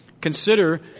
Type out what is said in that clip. Consider